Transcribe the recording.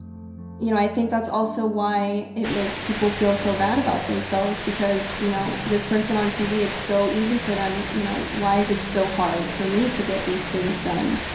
you know, i think that's also why it makes people feel so bad about themselves because, you know, this person on tv, it's so easy for them. you know, why is it so hard for me to get these things done?